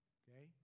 okay